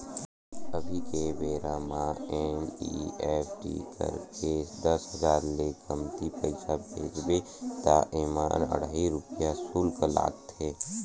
अभी के बेरा म एन.इ.एफ.टी करके दस हजार ले कमती पइसा भेजबे त एमा अढ़हइ रूपिया सुल्क लागथे